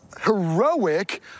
heroic